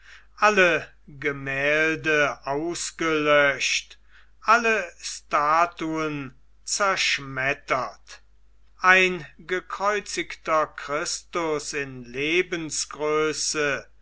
alte gemälde ausgelöscht alle statuen zerschmettert ein gekreuzigter christus in lebensgröße